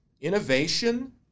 innovation